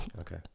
Okay